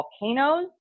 volcanoes